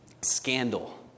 Scandal